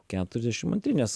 keturiasdešim antri nes